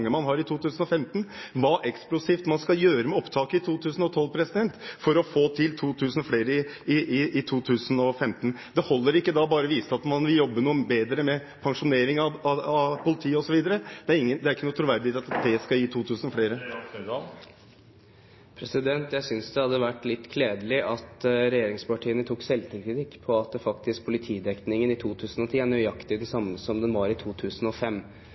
man har i 2015. Det holder ikke bare å vise til at man vil jobbe bedre med pensjonering av politiet, osv. Det er ikke noen troverdighet i at det skal gi 2 000 flere. Jeg synes det hadde vært kledelig om regjeringspartiene tok selvkritikk på at politidekningen i 2010 faktisk er nøyaktig den samme som den var i 2005,